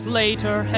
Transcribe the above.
later